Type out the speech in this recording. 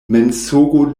mensogo